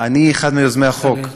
אני אחד מיוזמי החוק.